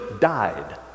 died